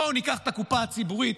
בואו ניקח את הקופה הציבורית,